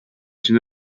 için